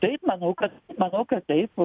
taip manau kad manau kad taip